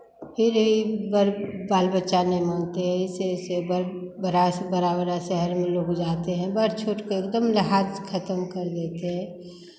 फिर यही बड़ बाल बच्चा नहीं मानते हैं ऐसे ऐसे बड़ बड़ा से बड़ा बड़ा शहर में लोग जाते हैं बड़ छोट के एकदम लिहाज़ खतम कर देते हैं